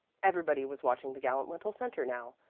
everybody was watching the gallant little centre now,